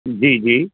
जी जी